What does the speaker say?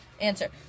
answer